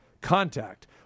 contact